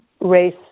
race